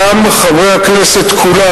גם חברי הכנסת כולם,